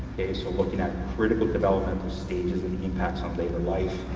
so look and at critical developmental stages and the impacts on later life.